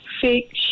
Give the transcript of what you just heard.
fake